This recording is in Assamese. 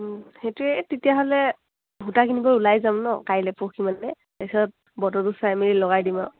সেইটোৱে তেতিয়াহ'লে সূতা কিনিব ওলাই যাম ন কাইলে পৰখি মানলৈ তাৰপিছত বতৰটো চাই মেলি লগাই দিম আৰু